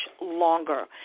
longer